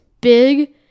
big